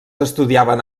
estudiaven